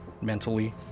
mentally